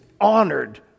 honored